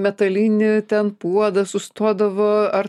metalinį ten puodą sustodavo ar